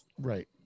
Right